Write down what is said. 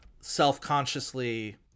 self-consciously